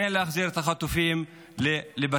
כן להחזיר את החטופים לבתיהם.